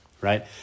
right